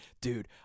dude